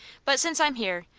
but since i'm here,